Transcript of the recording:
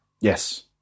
Yes